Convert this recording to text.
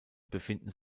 befinden